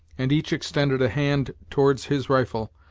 and each extended a hand towards his rifle,